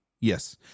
yes